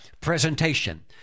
presentation